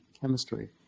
chemistry